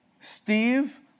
Steve